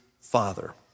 Father